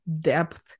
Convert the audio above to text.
depth